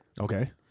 Okay